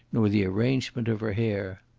nor the arrangement of her hair.